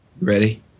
Ready